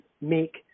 make